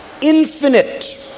infinite